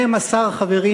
12 חברים,